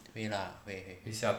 对啦会会会